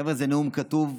חבר'ה, זה נאום כתוב,